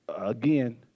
Again